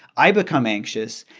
i become anxious,